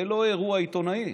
זה לא אירוע עיתונאי,